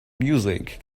music